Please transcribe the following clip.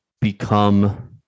Become